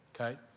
okay